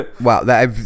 Wow